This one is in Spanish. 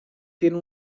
tiene